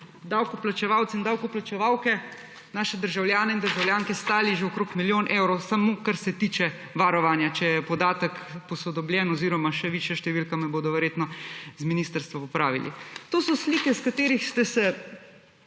davkoplačevalce in davkoplačevalke, naše državljane in državljanke stali že okrog milijon evrov, samo kar se tiče varovanja. Če je podatek posodobljen oziroma še višja številka, me bodo verjetno z ministrstva popravili. To so slike, s katerih ste se